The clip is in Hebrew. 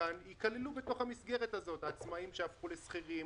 כאן ייכללו בתוך המסגרת הזו: העצמאים שהפכו לשכירים,